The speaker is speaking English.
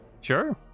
Sure